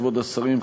כבוד השרים,